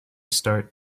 start